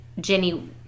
Jenny